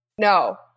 No